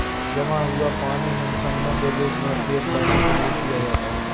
जमा हुआ पानी हिमखंडों के रूप में उपयोग करने के लिए किया जाता है